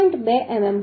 2 mm હશે